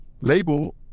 label